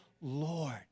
Lord